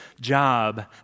job